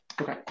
Okay